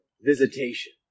visitation